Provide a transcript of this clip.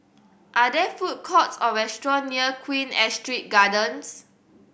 are there food courts or restaurant near Queen Astrid Gardens